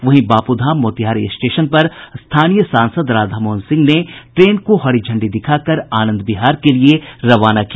वहीं बापूधाम मोतिहारी स्टेशन पर स्थानीय सांसद राधामोहन सिंह ने ट्रेन को हरी झंडी दिखाकर आनंद विहार के लिये रवाना किया